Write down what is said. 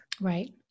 Right